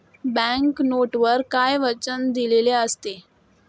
Bank नोटवर काय वचन दिलेले असते?